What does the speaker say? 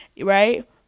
Right